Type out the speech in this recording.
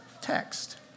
text